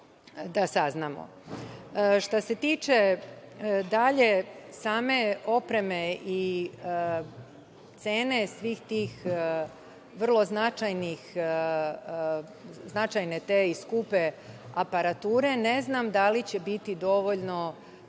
da saznamo. Što se tiče dalje same opreme i cene svih tih vrlo značajne i skupe aparature, ne znam da li će biti dovoljno